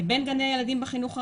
בין גני הילדים בחינוך הרגיל,